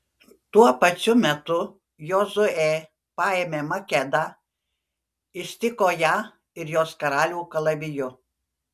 tuo pačiu metu jozuė paėmė makedą ištiko ją ir jos karalių kalaviju